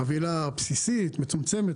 חבילה מצומצמת,